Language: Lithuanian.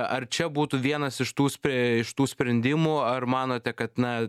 ar čia būtų vienas iš tų spre iš tų sprendimų ar manote kad na